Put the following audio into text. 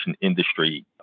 industry